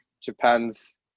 Japan's